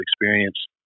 experience